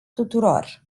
tuturor